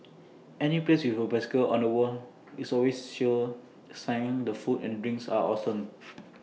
any place with A bicycle on the wall is always A sure sign the food and drinks are awesome